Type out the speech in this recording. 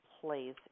plays